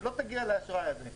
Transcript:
לא תגיע לאשראי הזה.